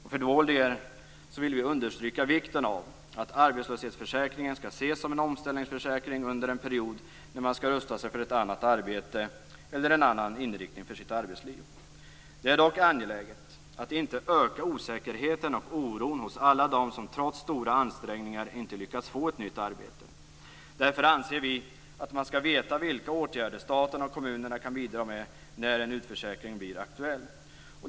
För kristdemokraternas del vill vi understryka vikten av att arbetslöshetsförsäkringen skall ses som en omställningsförsäkring under en period när man skall rusta sig för ett annat arbete eller för en annan inriktning av sitt arbetsliv. Det är dock angeläget att inte öka osäkerheten och oron hos alla dem som trots stora ansträngningar inte lyckas få ett nytt arbete. Därför anser vi kristdemokrater att man skall veta vilka åtgärder staten och kommunerna kan bidra med när en utförsäkring blir aktuell.